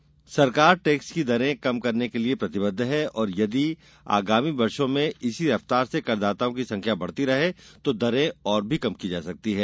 कर दर सरकार टैक्स की दरें कम करने के लिए प्रतिबद्ध है और यदि आगामी वर्षो में इसी रफ्तार से करदाताओं की संख्या बढ़ती रही तो दरें और भी कम की जा सकती हैं